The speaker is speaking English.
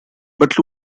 but